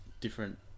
different